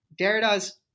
Derrida's